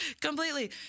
completely